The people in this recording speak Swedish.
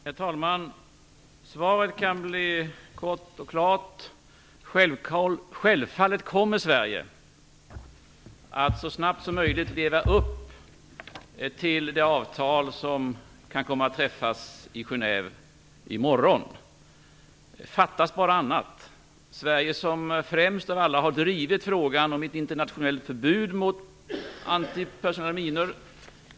Herr talman! Svaret kan bli kort och klart: Självfallet kommer Sverige att så snabbt som möjligt leva upp till det avtal som kan komma att träffas i Genève i morgon - fattas bara annat. Sverige har främst av alla länder drivit frågan om ett internationellt förbud mot antipersonella minor.